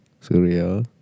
Surya